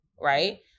right